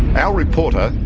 our reporter,